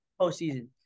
postseason